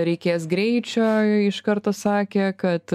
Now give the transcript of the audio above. reikės greičio iš karto sakė kad